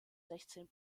sechzehn